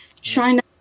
China